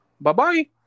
Bye-bye